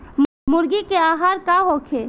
मुर्गी के आहार का होखे?